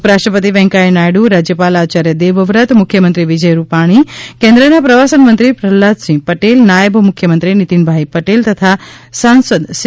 ઉપરાષ્ટ્રપતિ વૈંકયા નાયડુ રાજયપાલ આયાર્ય દેવવ્રત મુખ્યમંત્રી વિજય રૂપાણી કેન્દ્ર ના પ્રવાસન મંત્રી પ્રહલાદસિંહ પટેલ નાયબ મુખ્યમંત્રી નિતિનભાઇ પટેલ તથા સાસંદ સી